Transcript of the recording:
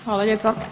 Hvala lijepa.